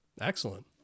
Excellent